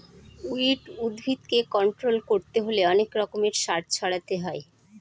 weed উদ্ভিদকে control করতে হলে অনেক রকমের সার ছড়াতে হয়